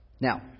Now